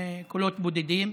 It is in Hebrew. קולות בודדים.